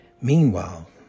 Meanwhile